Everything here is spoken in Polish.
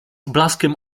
blaskiem